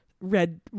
red